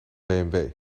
bmw